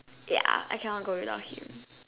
ya I cannot go without him